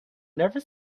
never